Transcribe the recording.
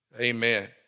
Amen